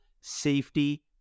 safety